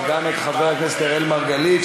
וגם את חבר הכנסת אראל מרגלית,